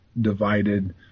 divided